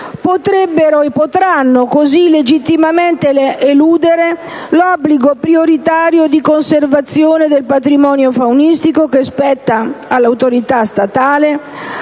potrebbero - e potranno - così legittimamente eludere l'obbligo prioritario di conservazione del patrimonio faunistico che spetta all'autorità statale,